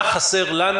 מה חסר לנו,